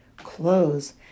clothes